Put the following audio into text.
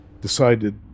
decided